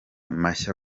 mashya